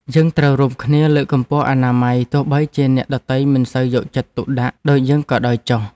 យើងត្រូវរួមគ្នាលើកកម្ពស់អនាម័យទោះបីជាអ្នកដទៃមិនសូវយកចិត្តទុកដាក់ដូចយើងក៏ដោយចុះ។